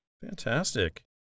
Fantastic